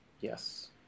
Yes